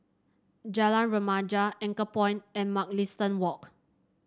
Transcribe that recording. Jalan Remaja Anchorpoint and Mugliston Walk